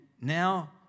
now